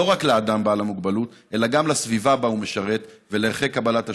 רק לאדם בעל המוגבלות אלא גם לסביבה שבה הוא משרת ולערכי קבלת השונה.